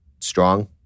strong